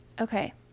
Okay